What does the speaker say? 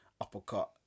uppercut